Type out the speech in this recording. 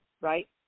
right